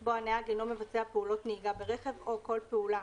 בו הנהג אינו מבצע פעולת נהיגה ברכב או כל פעולה